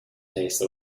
taste